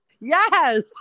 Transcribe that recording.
Yes